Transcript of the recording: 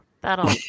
That'll